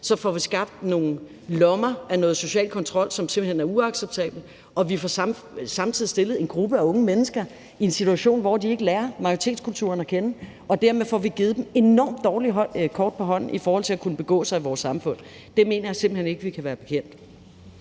tid får skabt nogle lommer af noget social kontrol, som simpelt hen er uacceptabelt, og at vi får stillet en gruppe af unge mennesker i en situation, hvor de ikke lærer majoritetskulturen at kende, og dermed får vi givet dem nogle enormt dårlige kort på hånden i forhold til at kunne begå sig i vores samfund. Det mener jeg simpelt hen ikke vi kan være bekendt.